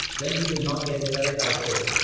then we will not get the correct output.